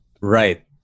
Right